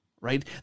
right